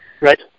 Right